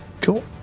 Cool